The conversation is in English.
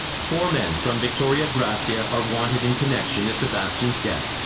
four men from victoria-gracia are wanted in connection to sebastian's death,